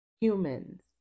humans